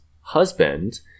husband